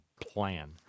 plan